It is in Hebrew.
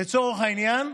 לצורך העניין,